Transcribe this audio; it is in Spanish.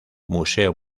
museo